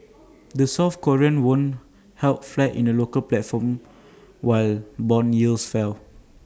the south Korean won held flat in the local platform while Bond yields fell